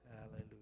Hallelujah